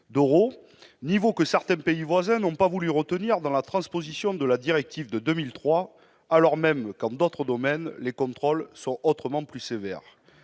d'affaires, niveau que certains pays voisins n'ont pas voulu retenir au moment de la transposition de la directive de 2003 et ce, alors même que, dans d'autres domaines, les contrôles sont autrement plus sévères.